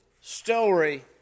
story